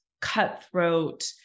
cutthroat